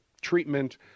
treatment